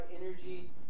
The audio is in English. energy